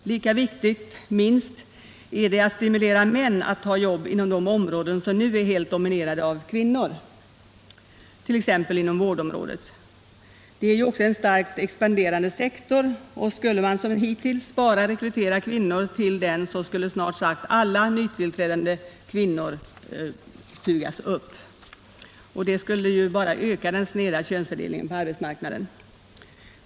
Lika viktigt — minst — är det att stimulera män att ta jobb inom de områden som nu är helt dominerade av kvinnor, t.ex. inom vårdområdet. Det är ju också en starkt expanderande sektor, och skulle man som hittills bara rekrytera kvinnor till den, skulle snart sagt alla nytillträdande kvinnor sugas upp. Detta skulle bara öka snedheten i könsfördelningen på arbetsmarknaden.